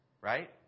Right